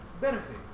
Benefit